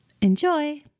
enjoy